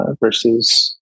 versus